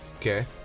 Okay